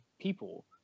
people